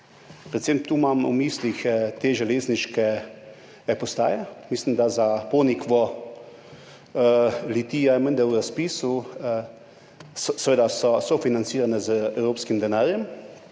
Predvsem imam tu v mislih železniške postaje, mislim, da za Ponikvo, Litija je menda v razpisu, seveda so sofinancirane z evropskim denarjem,